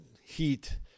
heat